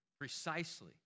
precisely